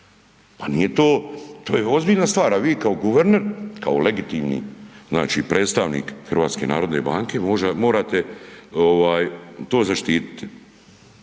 Pa nije to, to je ozbiljna stvar, a vi kao guverner, kao legitimni znači predstavnik HNB-a morate ovaj to zaštiti.